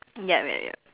yup yup yup